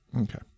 okay